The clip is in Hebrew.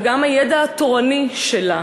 וגם הידע התורני שלה,